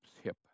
hip